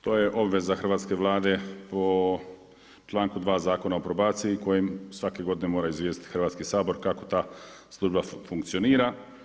To je obveza hrvatske Vlade po članku 2. Zakona o probaciji kojim svake godine mora izvijestiti Hrvatski sabor kako ta služba funkcionira.